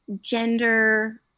gender